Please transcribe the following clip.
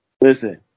listen